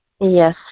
Yes